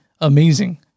amazing